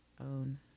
own